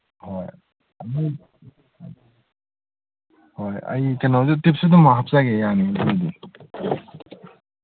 ꯍꯣꯏ ꯍꯣꯏ ꯑꯩ ꯀꯩꯅꯣꯁꯨ ꯇꯤꯞꯁꯨ ꯑꯗꯨꯝ ꯍꯥꯞꯆꯒꯦ ꯌꯥꯅꯤ ꯑꯗꯨꯒꯤꯗꯤ